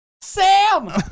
Sam